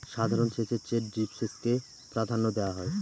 সাধারণ সেচের চেয়ে ড্রিপ সেচকে প্রাধান্য দেওয়া হয়